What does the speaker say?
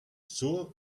sure